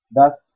Thus